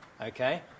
Okay